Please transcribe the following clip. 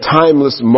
timeless